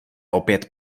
opět